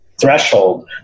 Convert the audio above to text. threshold